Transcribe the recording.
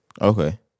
okay